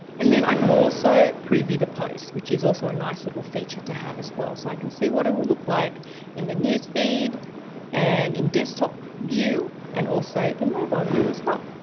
and then i can also preview the posts, which is also a nice little feature to have as well. so i can see what it will look like in the newsfeed and in desktop view and also in mobile view as well.